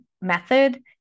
method